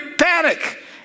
panic